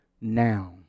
now